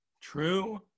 True